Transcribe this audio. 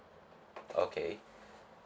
okay